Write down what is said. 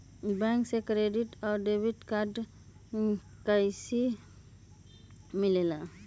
Bank से credit और debit card कैसी मिलेला?